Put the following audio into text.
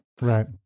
right